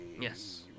Yes